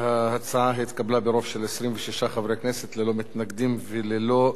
ההצעה להפוך את הצעת חוק התכנון והבנייה (תיקון,